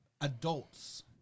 adults